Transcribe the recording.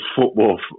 football